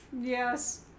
Yes